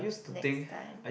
next time